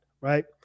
right